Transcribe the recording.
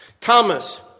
Thomas